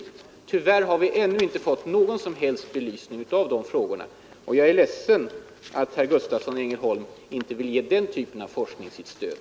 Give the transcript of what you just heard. Det är frågor som vi tyvärr ännu inte har fått någon som helst belysning av. Jag är ledsen att herr Gustavsson i Ängelholm inte vill ge den typen av forskning sitt stöd.